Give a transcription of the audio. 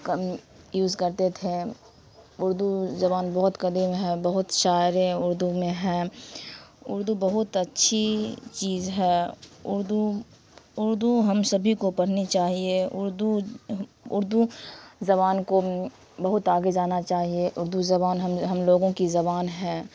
کا یوز کرتے تھے اردو زبان بہت قدیم ہے بہت شاعروں اردو میں ہیں اردو بہت اچھی چیز ہے اردو اردو ہم سبھی کو پڑھنی چاہیے اردو اردو زبان کو بہت آگے جانا چاہیے اردو زبان ہم ہم لوگوں کی زبان ہے